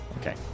Okay